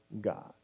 God